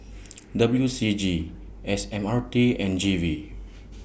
W C G S M R T and G V